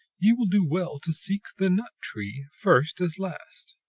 ye will do well to seek the nut tree, first as last.